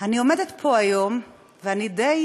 אני עומדת פה היום, ואני די